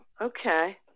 Okay